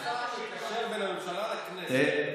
אתה השר המקשר בין הממשלה לכנסת,